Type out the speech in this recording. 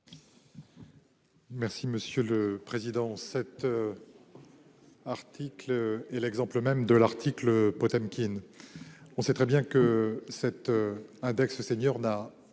Merci Monsieur le Président